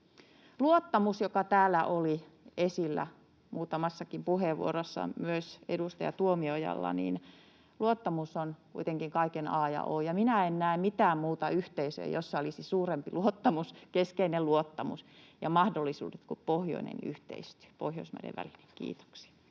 Luottamus, joka täällä oli esillä muutamassakin puheenvuorossa, myös edustaja Tuomiojalla, on kuitenkin kaiken a ja o, ja minä en näe mitään muuta yhteisöä, jossa olisi suurempi keskeinen luottamus ja mahdollisuudet kuin pohjoinen yhteistyö Pohjoismaiden välillä. — Kiitoksia.